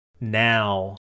now